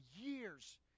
years